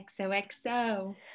XOXO